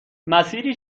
مسیری